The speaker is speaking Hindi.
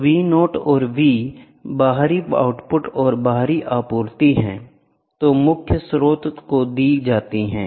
तो Vo और V बाहरी आउटपुट और बाहरी आपूर्ति हैं जो मुख्य स्रोत को दी जाती हैं